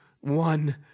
one